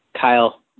Kyle